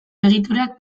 egiturak